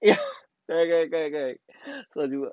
ya correct correct correct correct then 我就